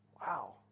wow